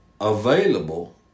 Available